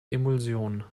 emulsion